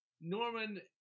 Norman